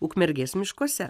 ukmergės miškuose